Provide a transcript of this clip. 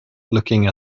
looking